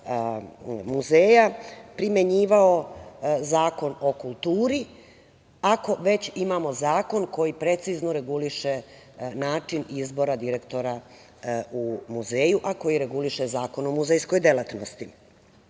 muzeja primenjivao Zakon o kulturi, ako već imamo zakon koji precizno reguliše način izbora direktora u muzeju, a koji reguliše Zakon o muzejskoj delatnosti? Verujem